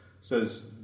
says